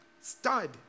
Stud